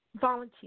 Volunteer